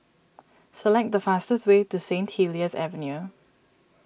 select the fastest way to Saint Helier's Avenue